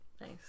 Nice